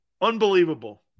Unbelievable